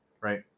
right